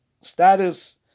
status